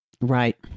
Right